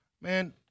man